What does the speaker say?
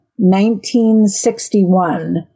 1961